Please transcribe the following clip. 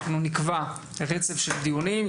נקבע רצף של דיונים,